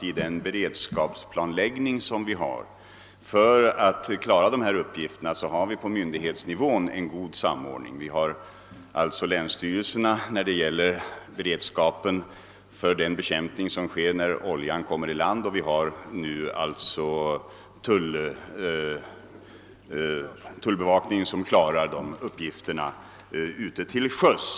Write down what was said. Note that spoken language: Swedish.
I den beredskapsplanläggning som vi har för att klara uppgifterna har vi på myndighetsnivån en god samordning: länsstyrelserna svarar för beredskapen och bekämpmingen av oljan om den kommer i land, och tullbevakningen klarar uppgifterna ute till sjöss.